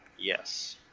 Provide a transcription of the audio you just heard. yes